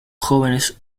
jóvenes